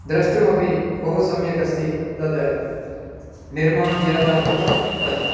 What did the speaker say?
द्रष्टुमपि बहु सम्यक् अस्ति तद् निर्माणं यदा कृतं तद्